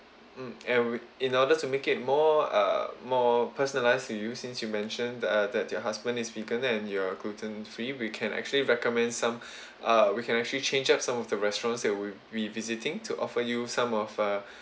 mm mm and we in order to make it more uh more personalised for you since you mentioned that uh that your husband is vegan and you're gluten free we can actually recommend some uh we can actually change up some of the restaurants that we'll be visiting to offer you some of uh